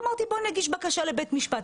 אמרתי בואי נגיש בקשה לבית-המשפט.